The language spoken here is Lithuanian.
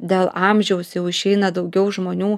dėl amžiaus jau išeina daugiau žmonių